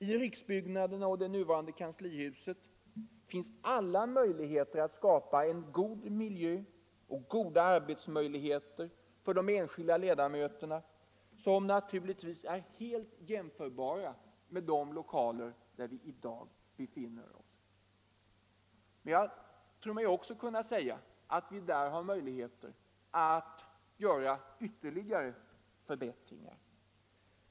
I riksbyggnaderna och det nuvarande kanslihuset finns alla möjligheter att för de enskilda ledamöterna skapa en god miljö och goda arbetsmöjligheter, som är helt jämförbara med de lokaler där vi i dag befinner oss, men jag tror mig också kunna säga att vi där har möjlighet att göra ytterligare förbättringar.